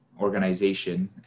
organization